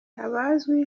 abazwi